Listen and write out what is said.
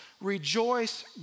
rejoice